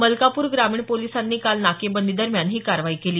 मलकापूर ग्रामीण पोलिसांनी काल नाकेबंदीदरम्यान ही कारवाई केली